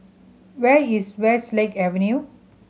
where is Westlake Avenue